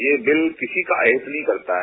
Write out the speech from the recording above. यह बिल किसी का अहित नहीं करता है